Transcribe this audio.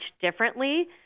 differently